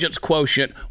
quotient